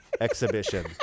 exhibition